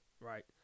right